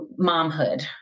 Momhood